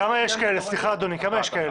כמה כאלה יש?